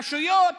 רשויות